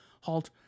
halt